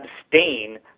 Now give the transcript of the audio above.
abstain